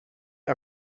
our